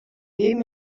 leben